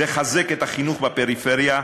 לחזק את החינוך בפריפריה,